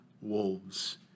wolves